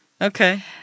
Okay